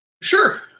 sure